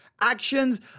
actions